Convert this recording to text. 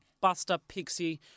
Buster-Pixie